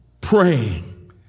praying